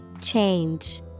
change